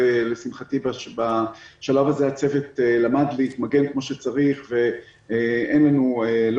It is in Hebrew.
לשמחתי בשלב הזה הצוות למד להתמגן כמו שצריך ואין לנו לא